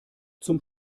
zum